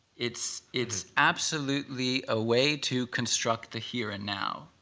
it's it's absolutely a way to construct the here and now,